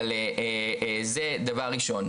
אבל זה דבר ראשון.